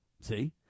see